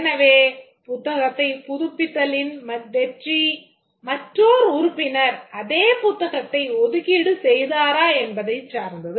எனவே புத்தகத்தைப் புதுப்பித்தலின் வெற்றி மற்றோர் உறுப்பினர் அதே புத்தகத்தை ஒதுக்கீடு செய்தாரா என்பதைச் சார்ந்தது